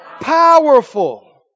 Powerful